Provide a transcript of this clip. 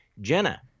Jenna